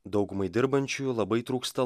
daugumai dirbančiųjų labai trūksta